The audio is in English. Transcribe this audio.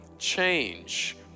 Change